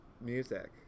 music